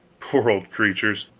poor old creatures,